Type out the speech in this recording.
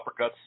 uppercuts